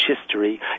history